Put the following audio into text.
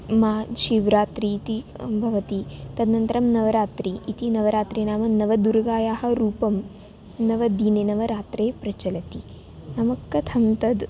मा शिव्रात्रिः इति भवति तद्नन्तरं नवरात्रिः इति नवरात्रिः नाम नवदुर्गायाः रूपं नवदिने नवरात्रिभ्यः प्रचलति नाम कथं तद्